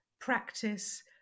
practice